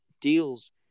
deals